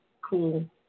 Cool